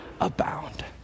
abound